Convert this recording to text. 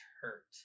hurt